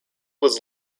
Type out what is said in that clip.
was